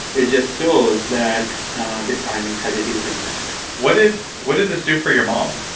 it just shows that the timing has a huge impact what did what did this do for your mom?